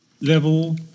level